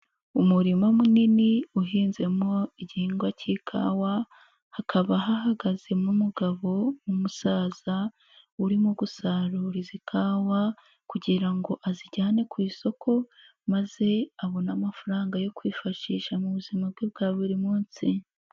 Umurima munini uhinzemo igihingwa cy'ikawa, hakaba hahagazemo umugabo w'umusaza, urimo gusarura izi kawa kugirango azijyane ku isoko maze abone amafaranga yo kwifashisha mu buzima bwe bwa buri munsi.